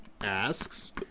asks